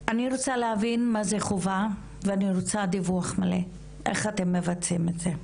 חובה ואני רוצה דיווח מלא איך אתן מבצעים את זה.